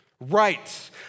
rights